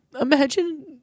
imagine